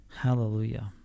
hallelujah